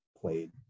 played